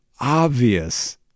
obvious